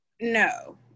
No